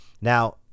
Now